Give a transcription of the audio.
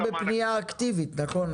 המענקים הם בפניה אקטיבית, נכון?